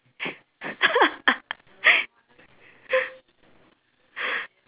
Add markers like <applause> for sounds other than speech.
<laughs>